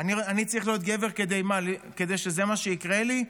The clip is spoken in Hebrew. אני צריך להיות גבר כדי מה, כדי שזה מה שיקרה לי?